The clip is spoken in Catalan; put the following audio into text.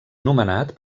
nomenat